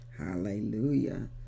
hallelujah